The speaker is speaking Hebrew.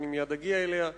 שאני מייד אגיע אליה,